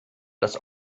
das